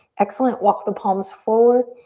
excellent, walk the palms forward.